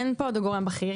אין פה גורם בכיר,